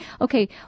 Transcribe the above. okay